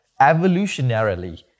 evolutionarily